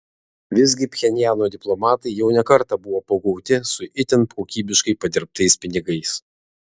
visgi pchenjano diplomatai jau ne kartą buvo pagauti su itin kokybiškai padirbtais pinigais